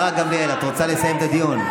גמליאל, את רוצה לסיים את הדיון?